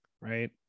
right